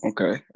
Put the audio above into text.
Okay